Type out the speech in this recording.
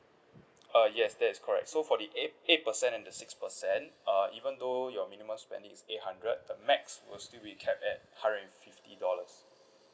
uh yes that is correct so for the eight eight percent and the six percent uh even though your minimum spending is eight hundred the max will still be kept at hundred and fifty dollars